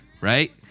right